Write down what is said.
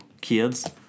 kids